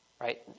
right